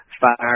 fire